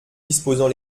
disposant